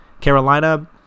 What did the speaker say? Carolina